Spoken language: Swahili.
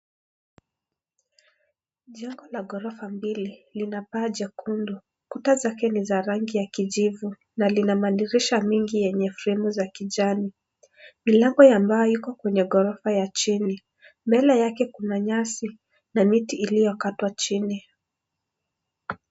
Jengo la gorofa mbili, lina paa jekundu, kuta zake ni za rangi ya kijivu, na lina madirisha mingi yenye fremu za kijani, milango ya mbao iko kwenye gorifa la chini, mbele yake kuna nyasi, na miti iliyokatwa chini.